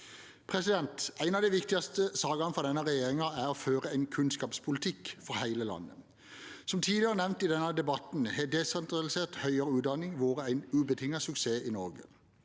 samefolket! En av de viktigste sakene for denne regjeringen er å føre en kunnskapspolitikk for hele landet. Som tidligere nevnt i denne debatten har desentralisert høyere utdanning vært en ubetinget suksess i Norge.